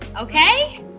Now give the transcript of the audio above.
Okay